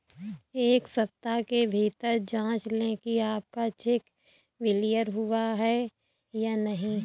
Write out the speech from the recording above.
एक सप्ताह के भीतर जांच लें कि आपका चेक क्लियर हुआ है या नहीं